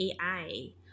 AI